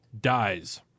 dies